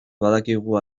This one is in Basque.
badakigu